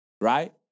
right